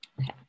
Okay